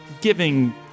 giving